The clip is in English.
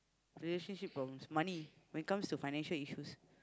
relationship problems money when it comes to financial issues